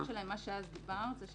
מה שאז אמרת,